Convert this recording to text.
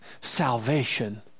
salvation